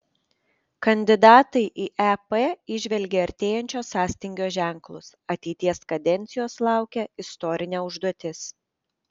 kandidatai į ep įžvelgė artėjančio sąstingio ženklus ateities kadencijos laukia istorinė užduotis